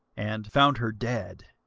and found her dead,